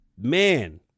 Man